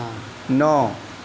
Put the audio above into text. نو